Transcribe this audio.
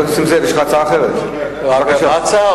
מה ההצעה?